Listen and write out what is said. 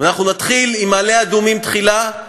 ואנחנו נתחיל עם "מעלה-אדומים תחילה",